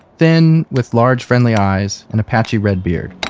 thin with large friendly eyes and a patchy red beard